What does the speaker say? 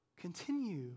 continue